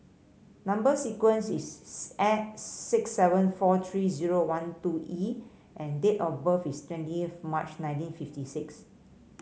number sequence is six seven four three zero one two E and date of birth is twentieth March nineteen fifty six